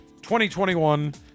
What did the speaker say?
2021